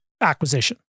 acquisition